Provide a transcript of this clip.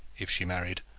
if she married,